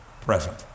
Present